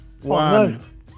one